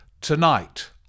tonight